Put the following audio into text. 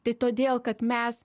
tai todėl kad mes